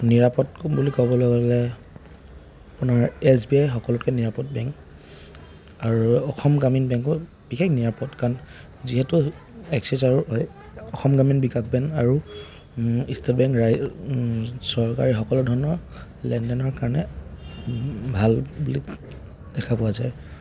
নিৰাপদ বুলি ক'বলৈ গ'লে আপোনাৰ এছ বি আই সকলোতকে নিৰাপদ বেংক আৰু অসম গ্ৰামীণ বেংক বিশেষ নিৰাপদ কাৰণ যিহেতু এক্সিছ আৰু অসম গ্ৰামীণ বিকাশ বেংক আৰু ষ্টেট বেংক চৰকাৰী সকলো ধৰণৰ লেনদেনৰ কাৰণে ভাল বুলি দেখা পোৱা যায়